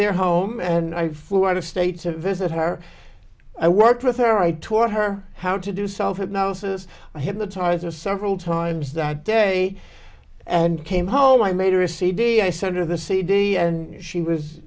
their home and i flew out of states a visit her i worked with her i taught her how to do self hypnosis hypnotizer several times that day and came home i made her a cd i sent of the cd and she was